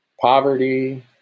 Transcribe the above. poverty